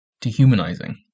dehumanizing